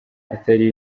atari